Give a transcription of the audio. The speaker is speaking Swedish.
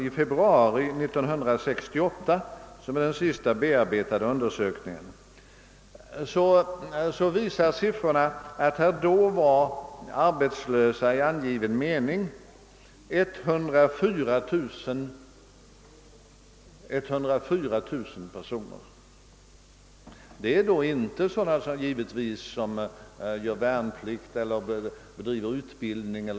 I februari 1968 — den senaste bearbetade undersökningen är från den tiden — var antalet arbetslösa i angiven mening 104000 personer. Däri inräknas då inte sådana personer som gör sin värnplikt, som håller på med sin utbildning o. d.